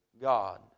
God